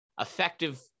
effective